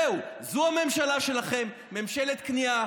זהו, זו הממשלה שלכם, ממשלת כניעה.